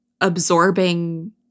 absorbing